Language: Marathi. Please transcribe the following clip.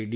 डी